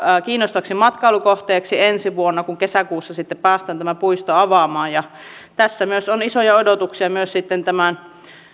kiinnostavaksi matkailukohteeksi ensi vuonna kun kesäkuussa sitten päästään tämä puisto avaamaan tässä on myös isoja odotuksia